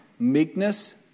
meekness